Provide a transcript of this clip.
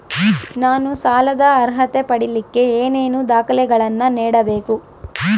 ನಾನು ಸಾಲದ ಅರ್ಹತೆ ಪಡಿಲಿಕ್ಕೆ ಏನೇನು ದಾಖಲೆಗಳನ್ನ ನೇಡಬೇಕು?